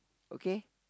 okay